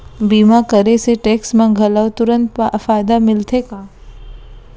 बीमा करे से टेक्स मा घलव तुरंत फायदा मिलथे का?